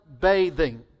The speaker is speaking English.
bathing